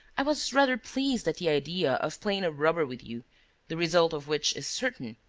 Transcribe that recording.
i was rather pleased at the idea of playing a rubber with you the result of which is certain,